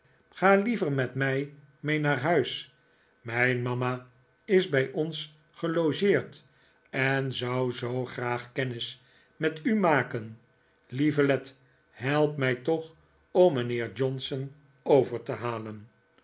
ga liever met mij mee naar huis mijn mama is bij ons gelogeerd en zou zoo graag kennis met u maken lieve led help mij toch om mijnheer johnson over te halen